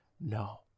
No